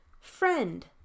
Friend